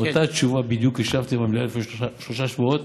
אותה תשובה בדיוק השבתי במליאה לפני שלושה שבועות